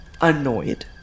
annoyed